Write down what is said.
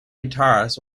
guitars